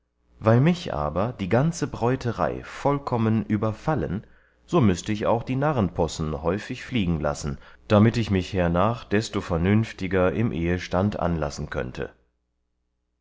weil mich aber die ganze bräuterei vollkommen überfallen so müßte ich auch die narrenpossen häufig fliegen lassen damit ich mich hernach desto vernünftiger im ehestand anlassen könnte